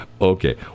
okay